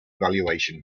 valuation